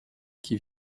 qui